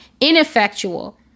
ineffectual